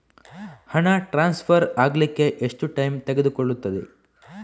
ಹಣ ಟ್ರಾನ್ಸ್ಫರ್ ಅಗ್ಲಿಕ್ಕೆ ಎಷ್ಟು ಟೈಮ್ ತೆಗೆದುಕೊಳ್ಳುತ್ತದೆ?